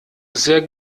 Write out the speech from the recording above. sehr